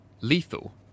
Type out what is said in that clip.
lethal